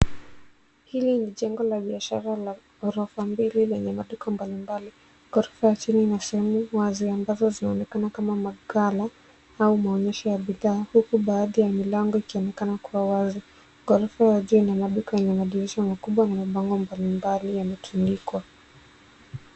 Hili ni jengo la biashara la ghorofa yenye maduka mbalimbali. Ghorofa ya chini ni sehemu wazi ambazo inaonekana kama magala au maonyesho ya bidhaa huku baadhi ya milango ikionekana kuwa wazi. Ghorofa ya juu ina maduka yenye madirisha makubwa na mabango mbalimbali yametundikwa.